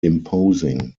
imposing